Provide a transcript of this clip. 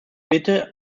bitte